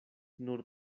nur